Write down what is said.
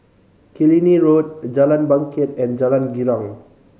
Killiney Road Jalan Bangket and Jalan Girang